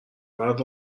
باید